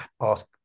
ask